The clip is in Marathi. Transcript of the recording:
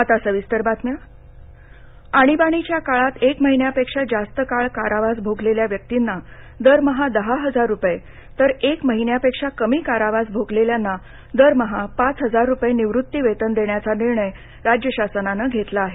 आणीबाणीः आणीबाणीच्या काळात एक महिन्यापेक्षा जास्त काळ कारावास भोगलेल्या व्यक्तींना दरमहा दहा हजार रुपये तर एक महिन्यापेक्षा कमी कारावास भोगलेल्यांना दरमहा पाच हजार रुपये निवृत्ती वेतन देण्याचा निर्णय राज्य शासनानं घेतला आहे